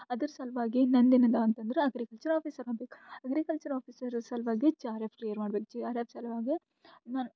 ಅದ್ರ ಸಲುವಾಗಿ ನಂದೇನದೆ ಅಂತಂದ್ರೆ ಅಗ್ರಿಕಲ್ಚರ್ ಆಫೀಸರ್ ಆಗ್ಬೇಕು ಅಗ್ರಿಕಲ್ಚರ್ ಆಫೀಸರ್ ಸಲುವಾಗಿ ಜಿ ಆರ್ ಎಫ್ ಕ್ಲಿಯರ್ ಮಾಡ್ಬೇಕು ಜಿ ಆರ್ ಎಫ್ ಸಲುವಾಗಿ ನಾನು